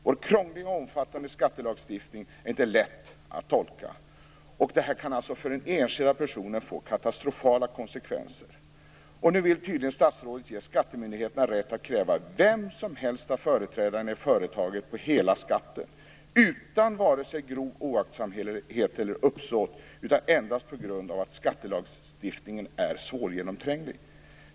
Vår krångliga och omfattande skattelagstiftning är inte lätt att tolka. Det här kan alltså för den enskilda personen få katastrofala konsekvenser. Nu vill tydligen statsrådet ge skattemyndigheterna rätt att kräva vem som helst av företrädarna i företaget på hela skatten, utan vare sig grov oaktsamhet eller uppsåt, utan endast på grund av att skattelagstiftningen är svårgenomtränglig.